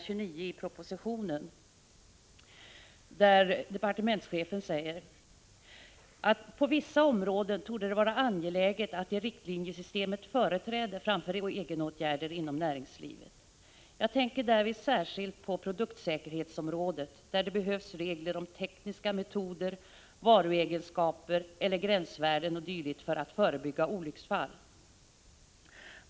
29i propositionen, där departementschefen säger: ”På vissa områden torde det dock vara angeläget att ge riktlinjesystemet företräde framför egenåtgärder inom näringslivet. Jag tänker därvid särskilt på produktsäkerhetsområdet, när det behövs regler om tekniska metoder, varuegenskaper eller gränsvärden o. d. för att förebygga olycksfall.